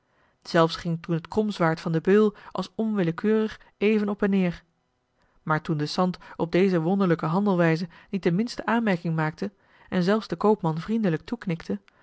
zelfs ging toen het kromzwaard van den beul als onwillekeurig even op en neer maar toen de sant op deze wonderlijke handelwijze niet de minste aanmerking maakte en zelfs den koopman vriendelijk toeknikte